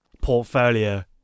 portfolio